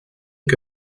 que